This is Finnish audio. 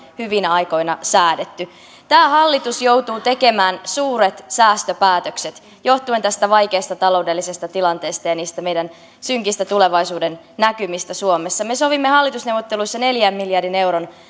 hyvinä aikoina säädetty tämä hallitus joutuu tekemään suuret säästöpäätökset johtuen tästä vaikeasta taloudellisesta tilanteesta ja niistä meidän synkistä tulevaisuudennäkymistä suomessa me sovimme hallitusneuvotteluissa neljän miljardin euron